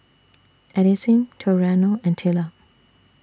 Addisyn Toriano and Tilla